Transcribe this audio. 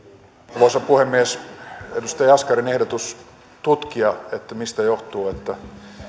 arvoisa puhemies edustaja jaskarin ehdotus tutkia mistä johtuu että